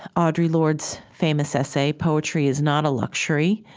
audre lorde's famous essay, poetry is not a luxury,